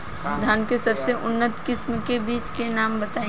धान के सबसे उन्नत किस्म के बिज के नाम बताई?